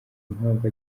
impamvu